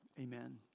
Amen